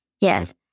Yes